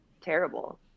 terrible